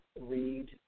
read